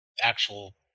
actual